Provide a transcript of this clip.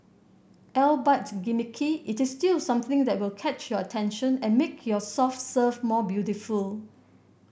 albeit gimmicky it is still something that will catch your attention and make your soft serve more beautiful